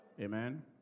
Amen